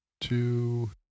two